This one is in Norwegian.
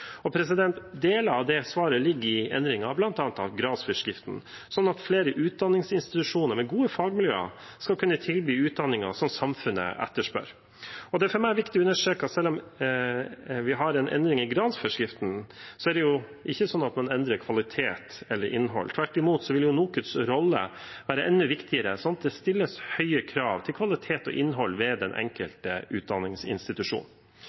Deler av det svaret ligger i endringer, bl.a. av gradsforskriften, slik at flere utdanningsinstitusjoner med gode fagmiljøer skal kunne tilby utdanninger som samfunnet etterspør. For meg er det viktig å understreke at selv om vi har en endring i gradsforskriften, endrer man ikke kvalitet eller innhold, tvert imot. NOKUTs rolle vil være enda viktigere, slik at det stilles høye krav til kvalitet og innhold ved den